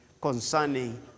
concerning